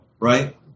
right